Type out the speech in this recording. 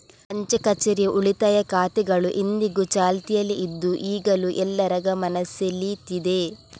ಅಂಚೆ ಕಛೇರಿಯ ಉಳಿತಾಯ ಖಾತೆಗಳು ಇಂದಿಗೂ ಚಾಲ್ತಿಯಲ್ಲಿ ಇದ್ದು ಈಗಲೂ ಎಲ್ಲರ ಗಮನ ಸೆಳೀತಿದೆ